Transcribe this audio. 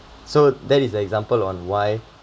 so that is the example on why